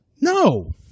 No